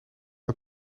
met